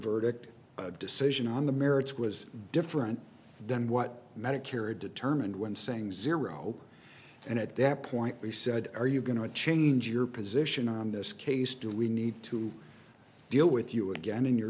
verdict decision on the merits was different than what medicare determined when saying zero and at that point we said are you going to change your position on this case do we need to deal with you again in your